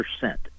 percent